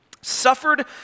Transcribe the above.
suffered